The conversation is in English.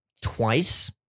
twice